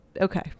okay